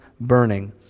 burning